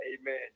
Amen